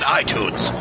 iTunes